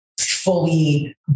fully